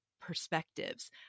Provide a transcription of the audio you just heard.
perspectives